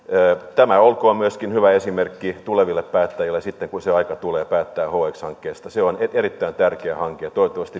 tämä olkoon myöskin hyvä esimerkki tuleville päättäjille sitten kun se aika tulee päättää hx hankkeesta se on erittäin tärkeä hanke ja toivottavasti